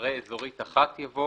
ואחרי "אזורית אחת," יבוא